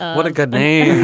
what a good name